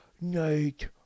Night